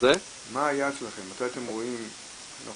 מתי אתם אמורים להדביק את הפער?